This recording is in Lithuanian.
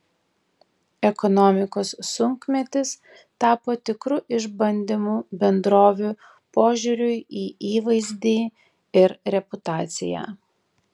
ekonomikos sunkmetis tapo tikru išbandymu bendrovių požiūriui į įvaizdį ir reputaciją